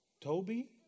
Toby